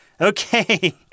Okay